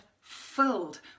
filled